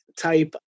type